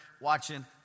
watching